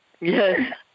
Yes